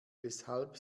weshalb